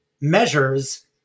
measures